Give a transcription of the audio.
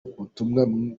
butumwa